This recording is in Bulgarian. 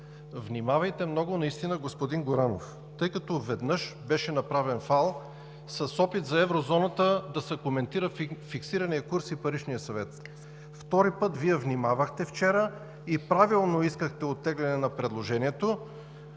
внимавайте много наистина, господин Горанов, тъй като веднъж беше направен фал с опит за Еврозоната да се коментира фиксираният курс и Паричният съвет. Втори път, Вие внимавахте вчера и правилно искахте оттегляне на предложението